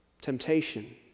Temptation